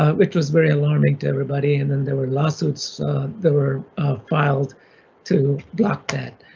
ah which was very alarming to everybody. and then there were lawsuits that were filed to block that.